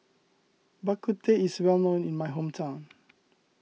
Bak Kut Teh is well known in my hometown